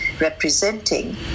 representing